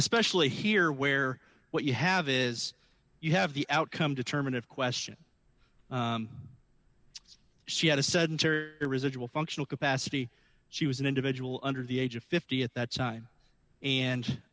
especially here where what you have is you have the outcome determine if question she had a sudden residual functional capacity she was an individual under the age of fifty at that time and